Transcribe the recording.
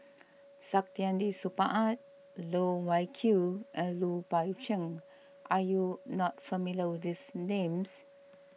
Saktiandi Supaat Loh Wai Kiew and Lui Pao Chuen are you not familiar with these names